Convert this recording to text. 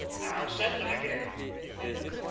now, set them again! he commanded.